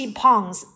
pounds